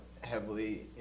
heavily